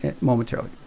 momentarily